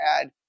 add